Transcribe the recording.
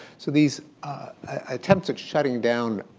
so these attempts at shutting down